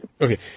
Okay